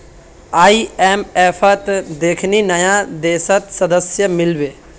आईएमएफत देखनी नया देशक सदस्यता मिल बे